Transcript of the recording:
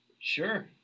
sure